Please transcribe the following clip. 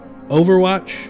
Overwatch